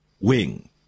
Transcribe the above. wing